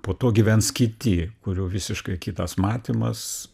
po to gyvens kiti kurių visiškai kitas matymas